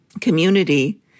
community